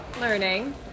learning